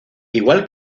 igual